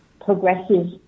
Progressive